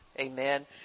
Amen